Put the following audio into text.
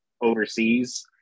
overseas